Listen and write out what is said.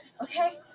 okay